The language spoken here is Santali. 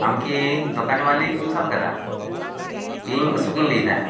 ᱟᱢ ᱠᱤ ᱫᱚᱠᱟᱱᱣᱟᱹᱞᱤ ᱜᱤᱢ ᱥᱟᱵ ᱟᱠᱟᱫᱟ ᱤᱧ ᱟᱥᱚᱠ ᱤᱧ ᱞᱟᱹᱭᱮᱫᱟ